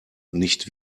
nicht